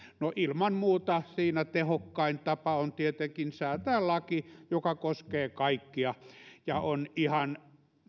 no ilman muuta siinä tehokkain tapa on tietenkin säätää laki joka koskee kaikkia on ihan